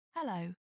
Hello